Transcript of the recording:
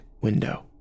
window